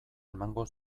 emango